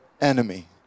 enemy